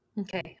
Okay